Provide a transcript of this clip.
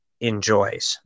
enjoys